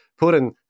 Putin